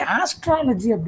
astrology